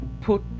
put